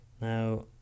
now